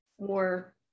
more